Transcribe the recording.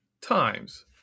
times